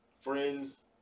friends